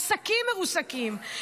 עסקים מרוסקים,